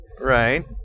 Right